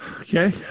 Okay